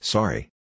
Sorry